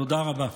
תודה רבה.